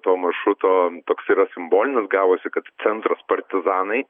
to maršruto toks yra simbolinis gavosi kad centras partizanai